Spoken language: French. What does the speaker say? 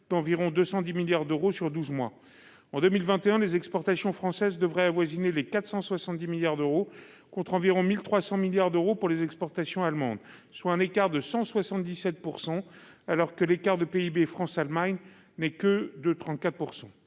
d'environ 210 milliards d'euros sur douze mois. En 2021, les exportations françaises devraient avoisiner 470 milliards d'euros contre près de 1 300 milliards d'euros pour les exportations allemandes, soit un écart de 177 % alors que la différence de PIB entre nos deux pays n'est que de 34 %.